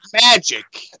magic